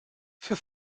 für